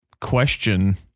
question